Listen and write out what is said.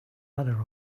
ladder